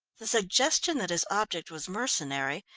the suggestion that his object was mercenary,